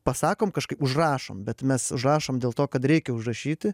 pasakom kažką užrašom bet mes rašom dėl to kad reikia užrašyti